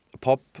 pop